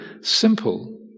simple